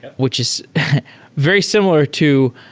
which is very similar to,